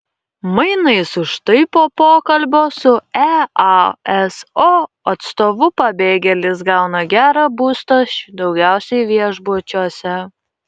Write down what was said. mainais už tai po pokalbio su easo atstovu pabėgėlis gauna gerą būstą daugiausiai viešbučiuose